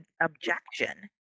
objection